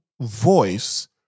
voice